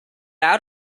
out